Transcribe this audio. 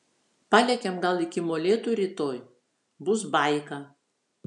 palekiam gal iki molėtų rytoj bus baika